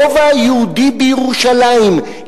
הרובע היהודי בירושלים,